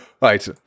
Right